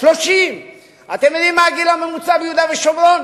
30. אתם יודעים מה הגיל הממוצע ביהודה ושומרון?